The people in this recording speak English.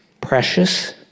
precious